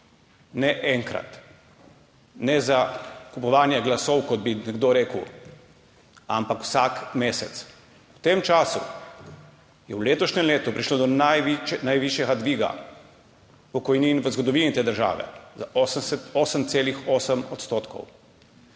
Ne enkrat, ne za kupovanje glasov, kot bi nekdo rekel, ampak vsak mesec. V tem času je v letošnjem letu prišlo do najvišjega dviga pokojnin v zgodovini te države, za 8,8 odstotka.